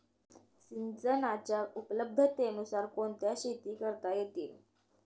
सिंचनाच्या उपलब्धतेनुसार कोणत्या शेती करता येतील?